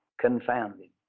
confounded